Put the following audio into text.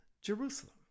Jerusalem